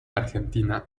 argentina